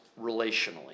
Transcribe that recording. relationally